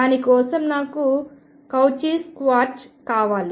దాని కోసం నాకు కౌచీ స్క్వార్ట్జ్ కావాలి